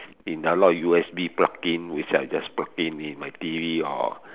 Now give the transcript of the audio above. in a lot of U_S_B plug in which I just plug in my T_V or